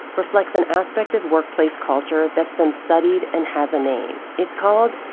reflects an aspect of workplace culture that's been studied and has a name. it's called,